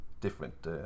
different